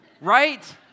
right